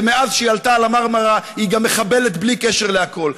ומאז שהיא עלתה על ה"מרמרה" היא גם מחבלת בלי קשר לכל.